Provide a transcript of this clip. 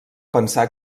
pensar